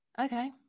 Okay